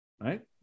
right